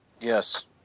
Yes